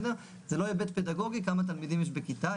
זה לא היבט פדגוגי כמה תלמידים יש בכיתה.